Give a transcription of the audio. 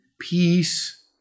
peace